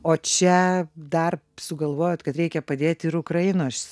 o čia dar sugalvojot kad reikia padėti ir ukrainos